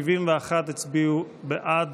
71 הצביעו בעד,